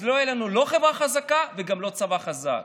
אז לא תהיה לנו לא חברה חזקה וגם לא צבא חזק.